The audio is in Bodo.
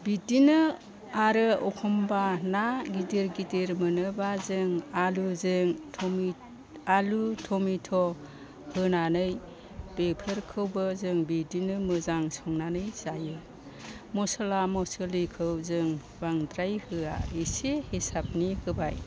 बिदिनो आरो एखनबा ना गिदिर गिदिर मोनोबा जों आलुजों आलु टमेट' होनानै बेफोरखौबो जों बिदिनो मोजां संनानै जायो मस्ला मस्लिखौ जों बांद्राय होआ एसे हिसाबनि होबाय